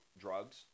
drugs